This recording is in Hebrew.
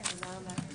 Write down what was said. הישיבה ננעלה בשעה